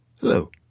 Hello